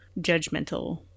judgmental